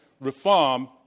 reform